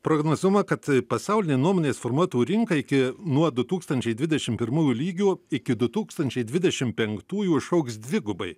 prognozuojama kad pasaulinė nuomonės formuotų rinka iki nuo du tūkstančiai dvidešim pirmųjų lygio iki du tūkstančiai dvidešim penktųjų išaugs dvigubai